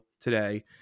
today